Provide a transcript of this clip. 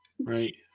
Right